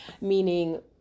meaning